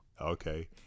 Okay